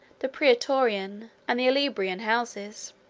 the petronian, and the olybrian houses